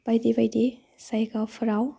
बायदि बायदि जायगाफोराव